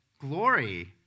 glory